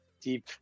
deep